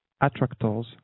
attractors